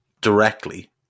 directly